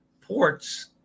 ports